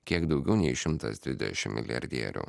kiek daugiau nei šimtas dvidešim milijardierių